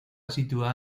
situada